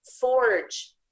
forge